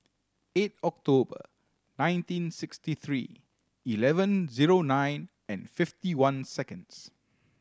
eight October nineteen sixty three eleven zero nine and fifty one seconds